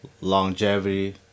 longevity